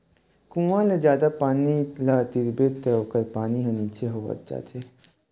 कुँआ ले जादा पानी ल तिरबे त ओखर पानी ह नीचे होवत जाथे